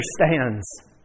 understands